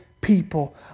people